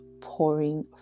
pouring